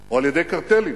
או על-ידי קרטלים.